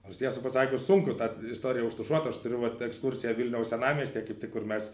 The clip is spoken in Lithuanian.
nors tiesą pasakius sunku tą istoriją užtušuot aš turiu vat ekskursiją vilniaus senamiestyje kaip tik kur mes